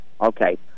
Okay